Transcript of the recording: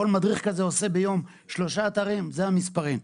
כל מדריך כזה עושה שלושה אתרים ביום, אלה המספרים.